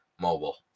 Mobile